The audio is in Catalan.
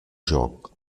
joc